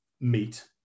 meet